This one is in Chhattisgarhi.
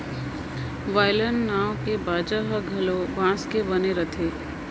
वायलन नांव के बाजा ह घलो बांस के बने रथे